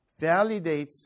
validates